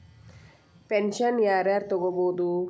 Pension ಯಾರ್ ಯಾರ್ ತೊಗೋಬೋದು?